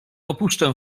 opuszczę